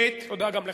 תודה גם לך.